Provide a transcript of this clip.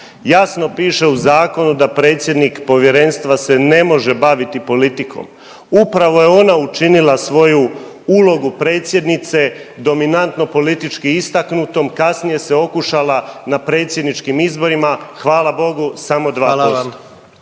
Jasno piše u zakonu da predsjednik povjerenstva se ne može baviti politikom. Upravo je ona učinila svoju ulogu predsjednice dominantno politički istaknutom, kasnije se okušala na predsjedničkim izborima hvala Bogu